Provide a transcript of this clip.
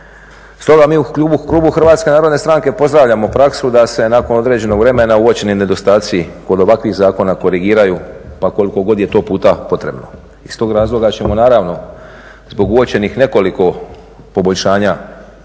Stoga mi u klubu HNS-a pozdravljamo praksu da se nakon određenog vremena uočeni nedostaci kod ovakvih zakona korigiraju pa koliko god je to puta potrebno. Iz tog razloga ćemo naravno zbog uočenih nekoliko poboljšanja